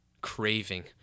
craving